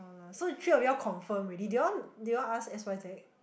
no lah so three of you all confirm already they want they want ask S_Y_Z